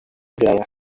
derrière